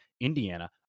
Indiana